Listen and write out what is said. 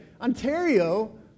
Ontario